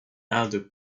other